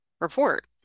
report